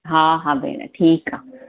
हा हा भेण ठीकु आहे